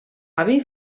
avi